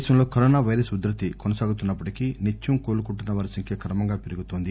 దేశంలో corona virus ఉద్ధృతి కొనసాగుతున్న ప్పటికీ నిత్యం న్ కోలుకుంటున్న వారిసంఖ్య క్రమంగా పెరుగుతోంది